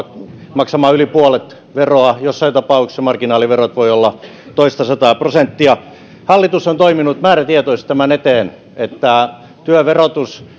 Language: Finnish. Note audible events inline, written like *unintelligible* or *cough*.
maksamaan yli puolet veroa jossain tapauksessa marginaaliverot voivat olla toistasataa prosenttia hallitus on toiminut määrätietoisesti tämän eteen että työn verotus *unintelligible*